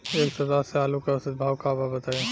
एक सप्ताह से आलू के औसत भाव का बा बताई?